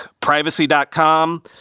Privacy.com